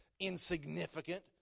insignificant